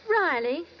Riley